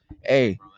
Hey